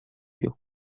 you